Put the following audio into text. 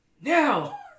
Now